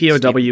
POW